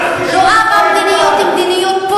בגלל הטרוריסטים.